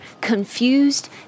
confused